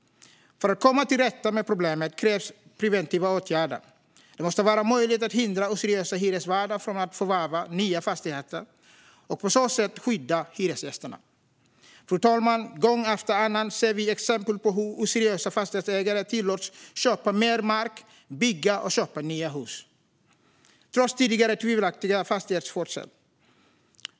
För att komma till rätta med problemet krävs preventiva åtgärder. Det måste vara möjligt att hindra att oseriösa hyresvärdar förvärvar nya fastigheter och på så sätt skydda hyresgästerna. Fru talman! Gång efter annan ser vi exempel på hur oseriösa fastighetsägare tillåts köpa mer mark, bygga och köpa nya hus trots tidigare tvivelaktig fastighetsskötsel.